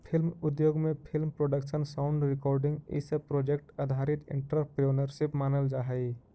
film उद्योग में film production sound recording इ सब प्रोजेक्ट आधारित एंटरप्रेन्योरशिप मानल जा हई